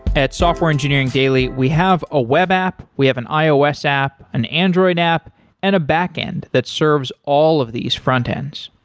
at software engineering daily, daily, we have a web app, we have an ios app, an android app and a back-end that serves all of these frontends.